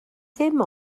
ddim